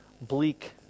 bleak